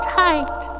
tight